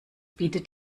bietet